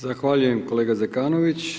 Zahvaljujem kolega Zekanović.